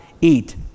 eat